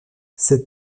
ses